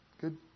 Good